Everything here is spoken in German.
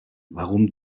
warum